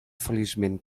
feliçment